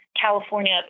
California